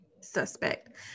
suspect